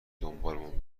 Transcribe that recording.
دنبالمون